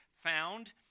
found